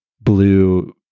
blue